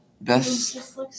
best